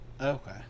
Okay